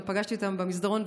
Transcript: גם פגשתי אותם במסדרון,